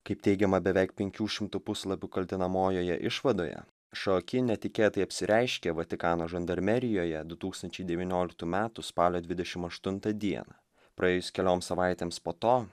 kaip teigiama beveik penkių šimtų puslapių kaltinamojoje išvadoje šoaki netikėtai apsireiškė vatikano žandarmerijoje du tūkstančiai devynioliktų metų spalio dvidešimt aštuntą dieną praėjus kelioms savaitėms po to